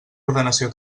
ordenació